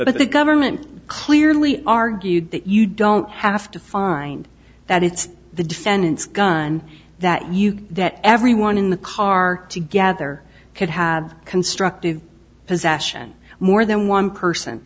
that the government clearly argued that you don't have to find that it's the defendant's gun that you that everyone in the car together could have constructive possession more than one person